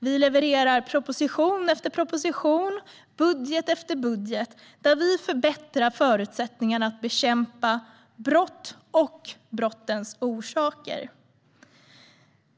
Vi levererar proposition efter proposition, budget efter budget, där vi förbättrar förutsättningarna att bekämpa brott och brottens orsaker.